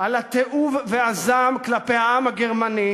על התיעוב והזעם כלפי העם הגרמני,